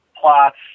plots